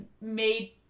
made